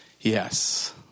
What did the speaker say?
Yes